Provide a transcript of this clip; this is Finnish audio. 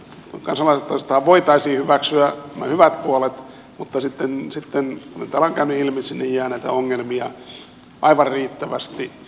kansalaisaloitteestahan voitaisiin hyväksyä nämä hyvät puolet mutta sitten kuten täällä on käynyt ilmi sinne jää näitä ongelmia aivan riittävästi